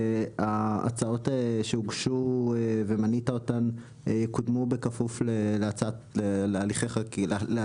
שההצעות שהוגשו ומנית אותן יקודמו בכפוף להליכים,